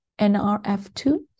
NRF2